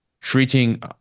treating